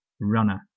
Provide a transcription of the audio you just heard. runner